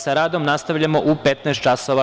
Sa radom nastavljamo u 15.00 časova.